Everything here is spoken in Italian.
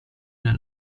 nel